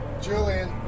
Julian